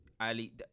Ali